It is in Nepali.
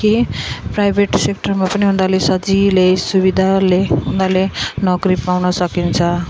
कि प्राइभेट सेक्टरमा पनि उनीहरूले सजिलो सुविधाले उनीहरूले नोकरी पाउन सकिन्छ